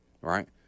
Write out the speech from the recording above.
Right